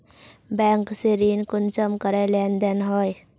Bank से ऋण कुंसम करे लेन देन होए?